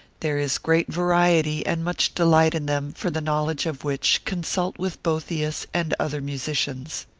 there is great variety and much delight in them for the knowledge of which, consult with boethius and other musicians.